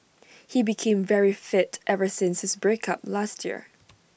he became very fit ever since his break up last year